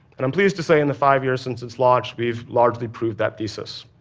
and i'm pleased to say, in the five years since its launch, we've largely proved that thesis.